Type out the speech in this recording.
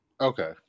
okay